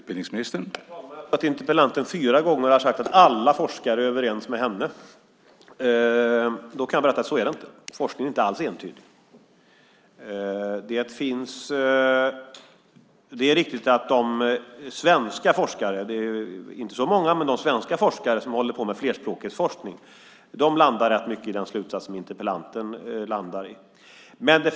Herr talman! Interpellanten har nu fyra gånger sagt att alla forskare är överens med henne. Jag kan berätta att det inte är så. Forskningen är inte alls entydig. Det är riktigt att de svenska forskare som håller på med flerspråkighetsforskning - de är inte så många - landar i mycket i interpellantens slutsats.